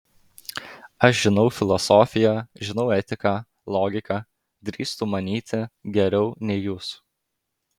aš žinau filosofiją žinau etiką logiką drįstu manyti geriau nei jūs